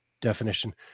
definition